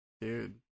Dude